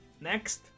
Next